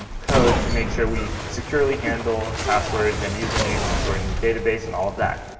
code to make sure we securely handle passwords and usernames and storing the database and all of that.